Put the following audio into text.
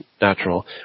natural